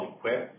Equip